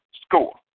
score